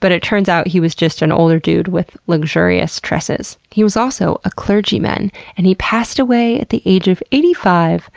but it turns out, he was just an older dude with luxurious tresses. he was also a clergyman and he passed away at the age of eighty five